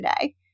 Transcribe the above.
today